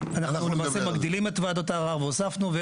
אנחנו למעשה מגדילים את וועדות הערר, והוספנו.